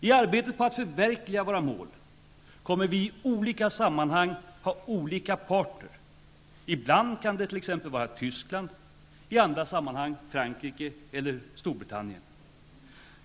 I arbetet på att förverkliga våra mål kommer vi i olika sammanhang att ha olika partner. Ibland kan det vara Tyskland, i andra sammanhang Frankrike eller Storbritannien.